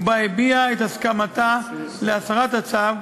ובה הביעה את הסכמתה להסרת הצו,